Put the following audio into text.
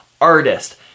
artist